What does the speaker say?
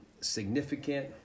significant